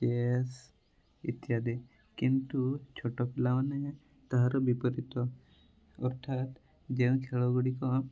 chess ଇତ୍ୟାଦି କିନ୍ତୁ ଛୋଟପିଲାମାନେ ତାହାର ବିପରୀତ ଅର୍ଥାତ୍ ଯେଉଁ ଖେଳଗୁଡ଼ିକ